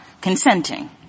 consenting